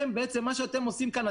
מה שאתם עושים כאן,